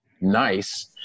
nice